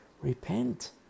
repent